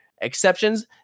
exceptions